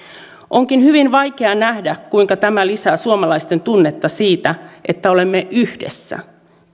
onkin hyvin vaikeaa nähdä kuinka tämä lisää suomalaisten tunnetta siitä että olemme yhdessä